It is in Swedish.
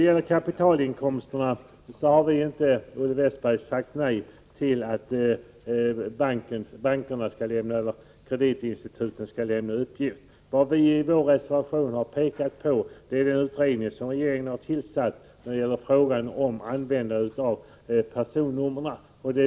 I fråga om kapitalinkomsterna har vi inte, Olle Westberg, sagt nej till att kreditinstituten skall lämna uppgift. Vad vi i v; år reservation har pekat på är den utredning som regeringen har tillsatt när det gäller frågan om användandet av personnummer.